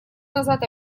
назад